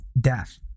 death